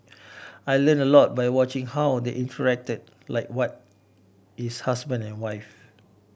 I learnt a lot by watching how they interacted like what is husband and wife